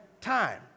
time